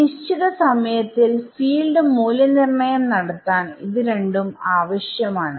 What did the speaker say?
ഒരു നിശ്ച്ചിത സമയത്തിൽ ഫീൽഡ് മൂല്യനിർണ്ണയം നടത്താൻ ഇത് രണ്ടും ആവശ്യമാണ്